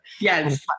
Yes